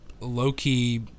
low-key